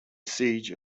siege